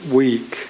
week